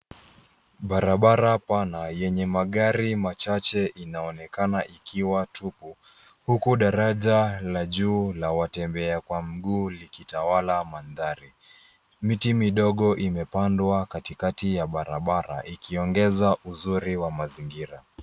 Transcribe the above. Barabara pana yenye magari machache inaonekana ikiwa tupu huku daraja la juu la watembea kwa mguu likitawala mandhari. Miti midogo imepandwa katikati ya barabara ikiongeza uzuri wa mazingira.